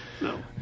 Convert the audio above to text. No